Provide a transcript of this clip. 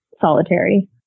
solitary